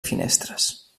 finestres